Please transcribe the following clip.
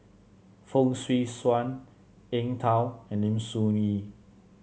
Fong Swee Suan Eng Tow and Lim Soo Ngee